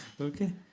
Okay